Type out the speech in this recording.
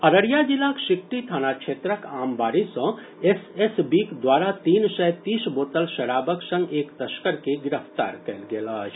अररिया जिलाक सिकटी थाना क्षेत्रक आमबाड़ी सॅ एसएसबीक द्वारा तीन सय तीस बोतल शराब संग एक तस्कर के गिरफ्तार कयल गेल अछि